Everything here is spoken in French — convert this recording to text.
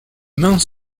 mains